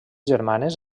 germanes